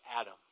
Adam